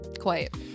Quiet